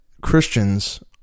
Christians